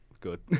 good